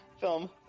film